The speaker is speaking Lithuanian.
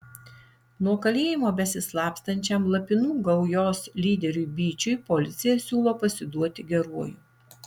nuo kalėjimo besislapstančiam lapinų gaujos lyderiui byčiui policija siūlo pasiduoti geruoju